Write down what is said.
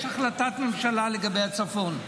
יש החלטת ממשלה לגבי הצפון,